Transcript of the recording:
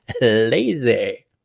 Lazy